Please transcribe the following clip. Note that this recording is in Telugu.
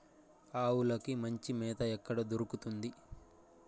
ఆవులకి మంచి మేత ఎక్కడ దొరుకుతుంది?